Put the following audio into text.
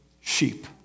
sheep